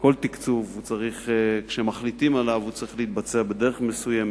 שכל תקצוב שמחליטים עליו צריך להתבצע בדרך מסוימת,